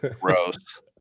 Gross